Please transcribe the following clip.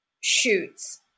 shoots